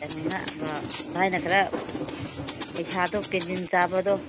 ꯀꯩꯅꯣꯅ ꯅꯣꯏꯅ ꯈꯔ ꯄꯩꯁꯥꯗꯣ ꯄꯦꯟꯁꯤꯟ ꯆꯥꯕꯗꯣ